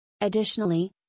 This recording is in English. Additionally